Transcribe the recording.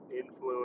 influence